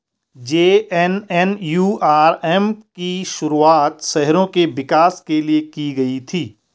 JNNURM की शुरुआत शहरों के विकास के लिए की गई थी